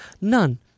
None